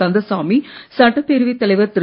கந்தசாமி சட்டப்பேரவைத் தலைவர் திரு